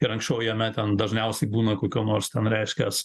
ir anksčiau jame ten dažniausiai būna kokio nors ten reiškias